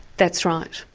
that's right.